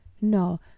no